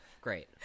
Great